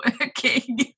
working